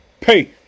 pay